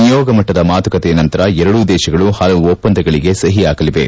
ನಿಯೋಗ ಮಟ್ಟದ ಮಾತುಕತೆಯ ನಂತರ ಎರಡೂ ದೇಶಗಳು ಹಲವು ಒಪ್ಪಂದಗಳಗೆ ಸಹಿ ಹಾಕಲಿವೆ